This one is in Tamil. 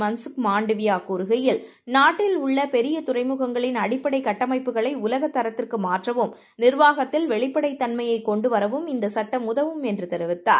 மன்சுக்மாண்டவியாகூறு கையில் நாட்டில்உள்ளபெரியதுறைமுகங்களின்அடிப்படைகட்ட மைப்புகளைஉலகதரத்திற்குமாற்றவும் நிர்வாகத்தில்வெளிப்படைத்தன்மையைகொண்டுவரவு ம்இந்தசட்டம்உதவும்என்றுதெரிவித்தார்